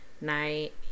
night